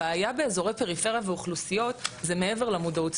הבעיה באזורי פריפריה ואוכלוסיות זה מעבר למודעות.